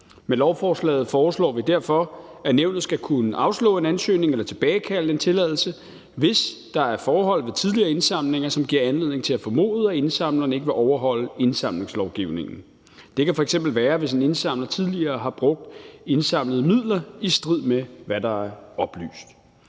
Med lovforslaget foreslår vi derfor, at nævnet skal kunne afslå en ansøgning eller tilbagekalde en tilladelse, hvis der er forhold ved tidligere indsamlinger, som giver anledning til at formode, at indsamlerne ikke vil overholde indsamlingslovgivningen. Det kan f.eks. være, hvis en indsamler tidligere har brugt indsamlede midler i strid med, hvad der er oplyst.